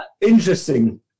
interesting